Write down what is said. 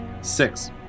Six